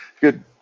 good